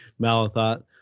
malathot